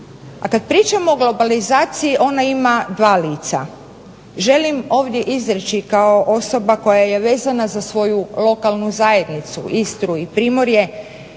A kad pričamo o globalizaciji, ona ima dva lica. Želim ovdje izreći kao osoba koja je vezana za svoju lokalnu zajednicu Istru i Primorje,